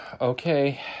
Okay